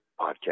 podcast